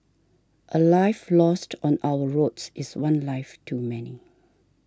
a life lost on our roads is one life too many